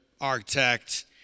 architect